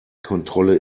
kontrolle